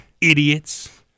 idiots